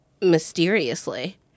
mysteriously